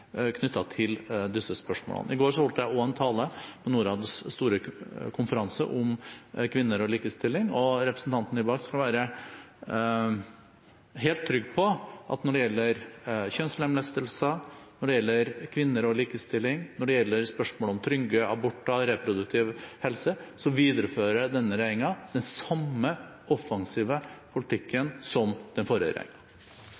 til disse spørsmålene. I går hørte jeg også en tale på Norads store konferanse om kvinner og likestilling, og representanten Nybakk skal være helt trygg på at når det gjelder kjønnslemlestelse, når det gjelder kvinner og likestilling, når det gjelder spørsmålet om trygge aborter og reproduktiv helse, viderefører denne regjeringen den samme offensive politikken som den forrige